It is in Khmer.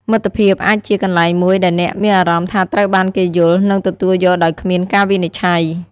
មិត្តភាពអាចជាកន្លែងមួយដែលអ្នកមានអារម្មណ៍ថាត្រូវបានគេយល់ និងទទួលយកដោយគ្មានការវិនិច្ឆ័យ។